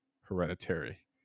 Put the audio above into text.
Hereditary